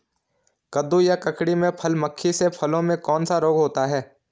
कद्दू या ककड़ी में फल मक्खी से फलों में कौन सा रोग होता है?